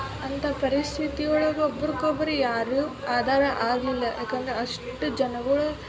ಅಂಥ ಪರಿಸ್ಥಿತಿ ಒಳಗೆ ಒಬ್ರ್ಗೆ ಒಬ್ರು ಯಾರು ಆದಾರ ಆಗಲಿಲ್ಲ ಯಾಕಂದ್ರೆ ಅಷ್ಟು ಜನಗಳು